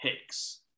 hicks